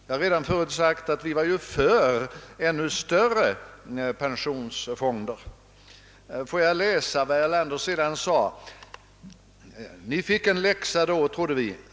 Jag har redan förut sagt att folkpartiets förslag innebar ännu större pensionsfonder. Får jag läsa vad herr Erlander sade sedan: »Ni fick en läxa då, trodde vi.